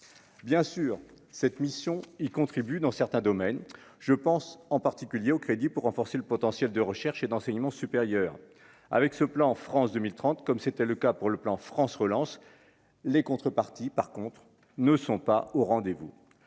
bien sûr, cette mission, ils contribuent, dans certains domaines, je pense en particulier au crédit pour renforcer le potentiel de recherche et d'enseignement supérieur, avec ce plan, France 2030, comme c'était le cas pour le plan France relance les contreparties par contre ne sont pas au rendez-vous,